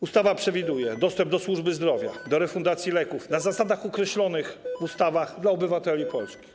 Ustawa przewiduje dostęp do służby zdrowia, refundacji leków na zasadach określonych w ustawach dla obywateli Polski.